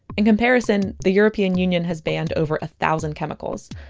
in comparison, the european union has banned over a thousand chemicals.